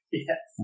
yes